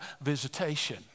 visitation